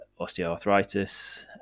osteoarthritis